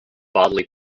bodily